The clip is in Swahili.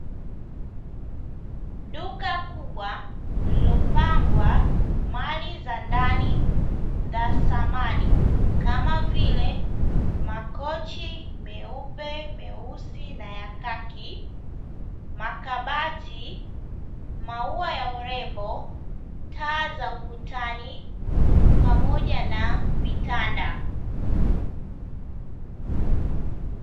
Duka kubwa lililopangwa mali za ndani za samani, kama vile: makochi meupe, meusi na ya kaki, makabati, maua ya urembo, taa za ukutani pamoja na vitanda.